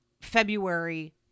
February